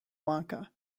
lanka